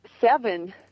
seven